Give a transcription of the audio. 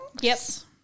Yes